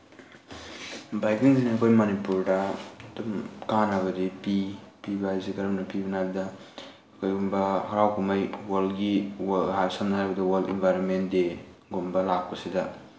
ꯕꯥꯏꯛꯀꯤꯡꯁꯤꯅ ꯑꯩꯈꯣꯏ ꯃꯅꯤꯄꯨꯔꯗ ꯑꯗꯨꯝ ꯀꯥꯟꯅꯕꯗꯤ ꯄꯤ ꯄꯤꯕ ꯍꯥꯏꯁꯦ ꯀꯔꯝꯅ ꯄꯤꯕ ꯍꯥꯏꯕꯗ ꯀꯔꯤꯒꯨꯝꯕ ꯍꯔꯥꯎ ꯀꯨꯝꯍꯩ ꯋꯥꯔꯜꯒꯤ ꯁꯝꯅ ꯍꯥꯏꯔꯕꯗ ꯋꯥꯔꯜ ꯏꯟꯚꯥꯏꯔꯣꯟꯃꯦꯟ ꯗꯦꯒꯨꯝꯕ ꯂꯥꯛꯄꯁꯤꯗ